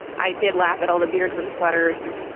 i did laugh at all the beards and sweaters